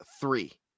three